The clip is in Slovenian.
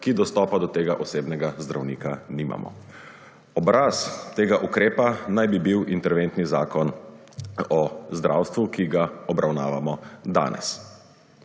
ki dostopa do tega osebnega zdravnika nimajo. Obraz tega ukrepa naj bi bil interventni Zakon o zdravstvu, ki ga obravnavamo danes.